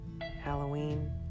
Halloween